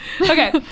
Okay